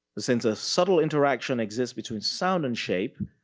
since a subtle interaction exists between sound and shape,